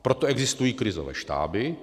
Proto existují krizové štáby.